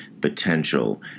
potential